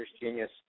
genius